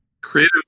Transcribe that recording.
Creative